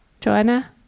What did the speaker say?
Joanna